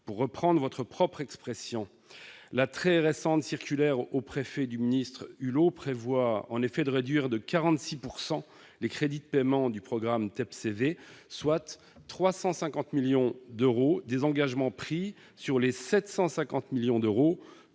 pour reprendre votre propre expression. La très récente circulaire adressée aux préfets par M. le ministre d'État Nicolas Hulot prévoit en effet de réduire de 46 % les crédits de paiement du programme TEPCV, soit 350 millions d'euros des engagements pris, sur les 750 millions d'euros